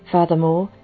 Furthermore